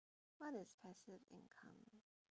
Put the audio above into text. what is passive income